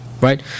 right